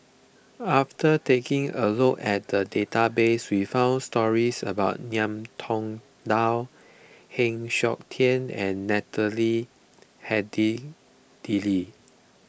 after taking a look at the database we found stories about Ngiam Tong Dow Heng Siok Tian and Natalie Hennedige